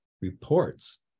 reports